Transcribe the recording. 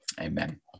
Amen